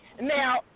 Now